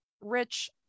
Rich